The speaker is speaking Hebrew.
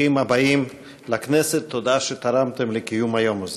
ברוכים הבאים לכנסת, ותודה שתרמתם לקיום היום הזה.